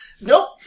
nope